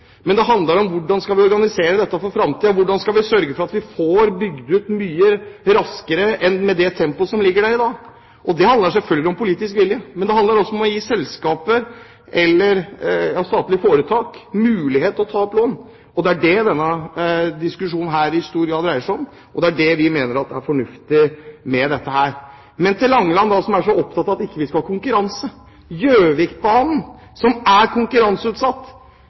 men det handler om hvordan vi skal organisere dette for framtiden, om hvordan vi skal sørge for at vi får bygd ut mye raskere enn vi gjør med det tempoet som vi har i dag. Det handler selvfølgelig om politisk vilje, men det handler også om å gi statlige foretak mulighet til å ta opp lån. Det er det denne diskusjonen i stor grad dreier seg om, og det er det vi mener er fornuftig med dette. Men til Langeland, som er så opptatt av at vi ikke skal ha konkurranse: På Gjøvikbanen, som er konkurranseutsatt,